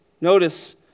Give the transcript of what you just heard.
Notice